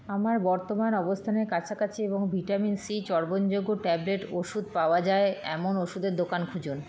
আমার বর্তমান অবস্থানের কাছাকাছি এবং ভিটামিন সি চর্বণযোগ্য ট্যাবলেট ওষুধ পাওয়া যায় এমন ওষুধের দোকান খুঁজুন